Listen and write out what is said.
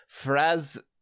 Fraz